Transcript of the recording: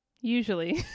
Usually